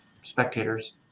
spectators